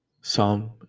Psalm